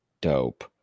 dope